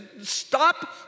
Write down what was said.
Stop